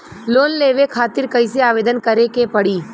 Loan लेवे खातिर कइसे आवेदन करें के पड़ी?